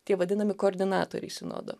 tie vadinami koordinatoriai sinodo